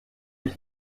ich